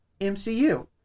MCU